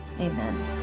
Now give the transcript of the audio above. amen